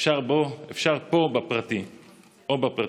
אפשר פה או בפרטי.